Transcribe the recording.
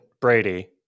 Brady